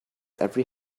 every